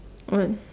what